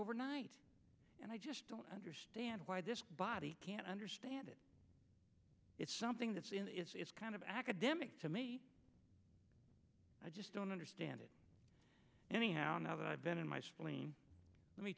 overnight and i just don't understand why this body can't understand it it's something that's kind of academic to me i just don't understand it anyhow now that i've been in my spleen let me